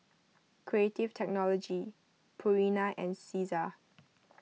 Creative Technology Purina and Cesar